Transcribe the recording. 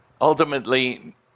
Ultimately